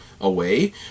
away